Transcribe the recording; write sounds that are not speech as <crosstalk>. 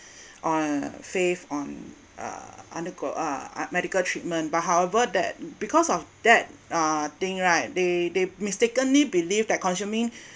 on uh faith on ah undergo ah medical treatment by however that because of that ah thing right they they mistakenly believe that consuming <breath>